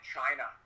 China